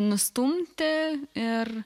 nustumti ir